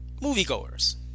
Moviegoers